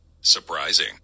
surprising